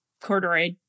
corduroy